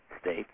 states